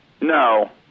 No